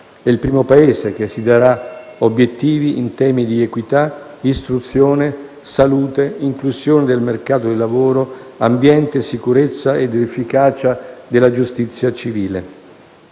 è il primo Paese che si darà obiettivi in temi di equità, istruzione, salute, inclusione del mercato del lavoro, ambiente, sicurezza ed efficacia della giustizia civile.